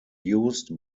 used